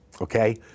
okay